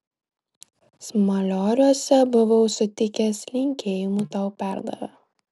smalioriuose buvau sutikęs linkėjimų tau perdavė